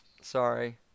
Sorry